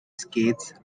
skates